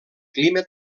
clima